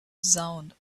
sound